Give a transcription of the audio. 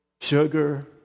sugar